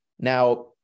Now